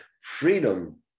freedom